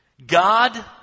God